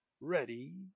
ready